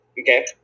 Okay